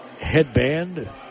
headband